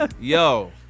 Yo